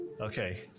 okay